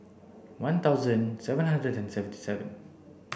one thousand seven hundred and seventy seven